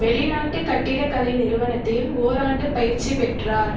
வெளிநாட்டுக் கட்டிடக்கலை நிறுவனத்தில் ஓராண்டு பயிற்சி பெற்றார்